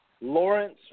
Lawrence